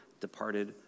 departed